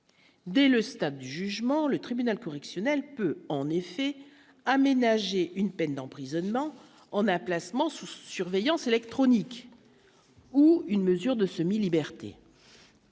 dès le stade du jugement, le tribunal correctionnel peut en effet aménager une peine d'emprisonnement on a placement sous surveillance électronique ou une mesure de semi-liberté,